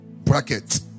bracket